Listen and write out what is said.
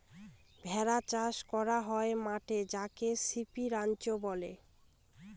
ভেড়া চাষ করা হয় মাঠে যাকে সিপ রাঞ্চ বলে